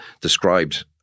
described